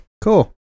Cool